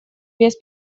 без